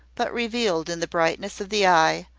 but revealed in the brightness of the eye,